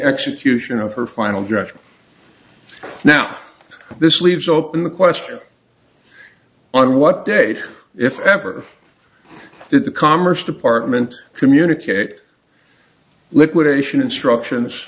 execution of her final draft now this leaves open the question on what date if ever did the commerce department communicate liquidation instructions